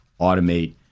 automate